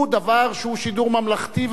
הוא דבר שהוא שידור ממלכתי.